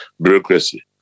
bureaucracy